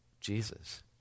Jesus